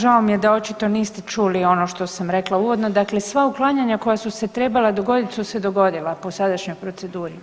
Žao mi je da očito niste čuli ono što sam rekla uvodno, dakle sva uklanjanja koja su se trebala dogodit su se dogodila po sadašnjoj proceduri.